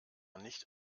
nicht